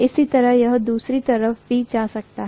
उसी तरह यह दूसरी तरफ भी जा सकता है